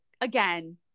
again